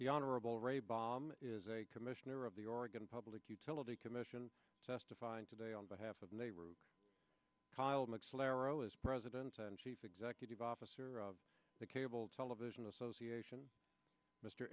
the honorable ray bomb is a commissioner of the oregon public utility commission testifying today on behalf of nehru kyle mix lerato is president and chief executive officer of the cable television association mr